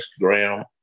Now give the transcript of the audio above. Instagram